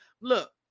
Look